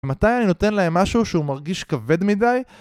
מתי אני נותן להם משהו שהוא מרגיש כבד מדי?